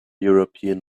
european